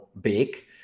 big